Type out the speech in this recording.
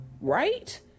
right